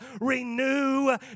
renew